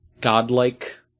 godlike